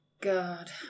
God